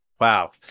Wow